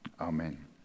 Amen